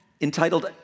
entitled